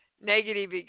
negative